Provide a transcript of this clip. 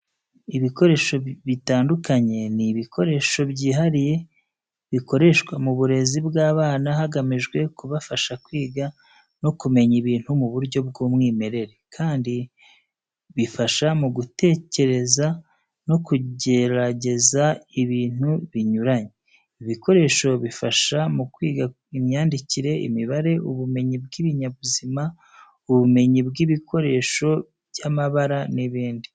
Ibikoresho bitandukanye ni ibikoresho byihariye bikoreshwa mu burezi bw'abana hagamijwe kubafasha kwiga no kumenya ibintu mu buryo bw'umwimerere, kandi bufasha mu gutekereza no kugerageza ibintu binyuranye. Ibi bikoresho bifasha mu kwiga imyandikire, imibare, ubumenyi bw'ibinyabuzima, ubumenyi bw'ibikoresho by'amabara n'ibindi.